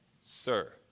sir